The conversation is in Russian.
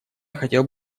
хотел